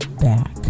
back